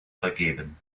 vergeben